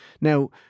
Now